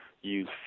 use